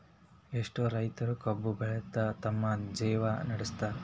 ಎಷ್ಟೋ ರೈತರು ಕಬ್ಬು ಬೆಳದ ತಮ್ಮ ಜೇವ್ನಾ ನಡ್ಸತಾರ